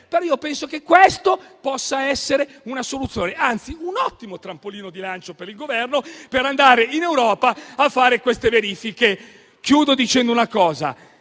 penso però che questa possa essere una soluzione, anzi un ottimo trampolino di lancio per il Governo per andare in Europa a fare queste verifiche. In conclusione